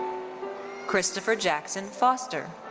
christopher jackson foster.